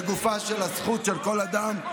לגופה של הזכות של כל אדם,